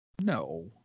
No